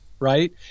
right